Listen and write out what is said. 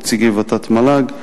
נציגי ות"ת-מל"ג,